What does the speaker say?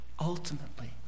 ultimately